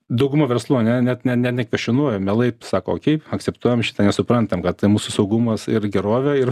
dauguma verslų ane net ne ne kekvestionuoja mielai pasako okei akceptuojam šitą nes suprantam kad tai mūsų saugumas ir gerovė ir